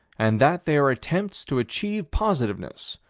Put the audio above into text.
and that they are attempts to achieve positiveness,